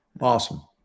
Awesome